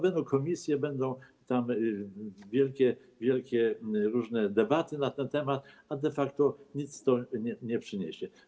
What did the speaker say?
Będą komisje, będą tam wielkie różne debaty na ten temat, a de facto nic to nie przyniesie.